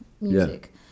music